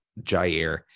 Jair